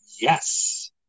Yes